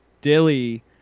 Dilly